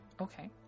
Okay